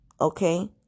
okay